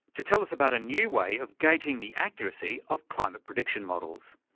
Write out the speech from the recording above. to tell us about a new way of gauging the accuracy of climate prediction models.